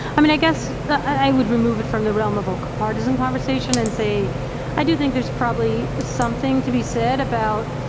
i mean i guess i would remove it from the realm of a partisan conversation and say i do think there's probably something to be said about